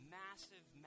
massive